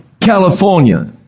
California